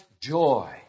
joy